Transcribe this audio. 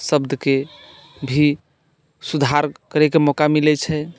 शब्दके भी सुधार करयके मौका मिलैत छै